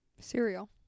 Cereal